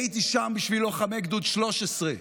הייתי שם בשביל לוחמי גדוד 13,